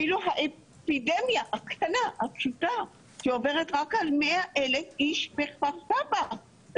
אפילו האפידמיה הקטנה והפשוטה שעוברת רק על 100 אלף אנשים לא תוגדר.